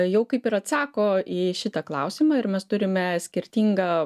jau kaip ir atsako į šitą klausimą ir mes turime skirtingą